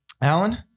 Alan